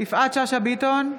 יפעת שאשא ביטון,